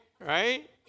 Right